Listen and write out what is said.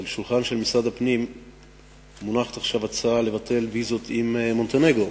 במשרד הפנים מונחת עכשיו הצעה לביטול ויזות עם מונטנגרו,